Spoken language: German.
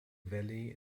valley